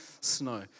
Snow